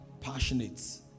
passionate